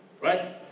right